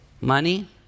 Money